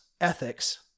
ethics